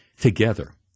Together